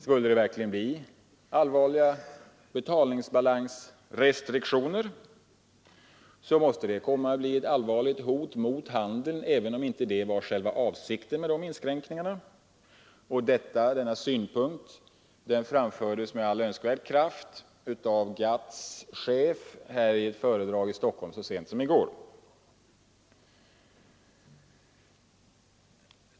Skulle det verkligen bli allvarliga betalningsbalansrestriktioner, måste detta bli ett allvarligt hot mot handeln, även om detta inte var själva avsikten med inskränkningarna. Denna synpunkt framfördes med all önskvärd kraft av GATT:s chef i ett föredrag här i Stockholm så sent som i går.